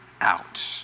out